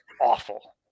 awful